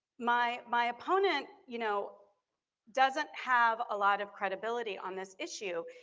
my my opponent you know doesn't have a lot of credibility on this issue.